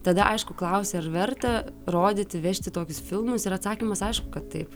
tada aišku klausia ar verta rodyti vežti tokius filmus ir atsakymas aišku kad taip